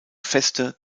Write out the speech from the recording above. feste